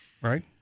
right